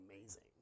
amazing